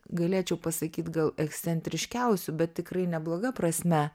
galėčiau pasakyt gal ekscentriškiausių bet tikrai nebloga prasme